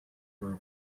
were